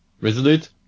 Resolute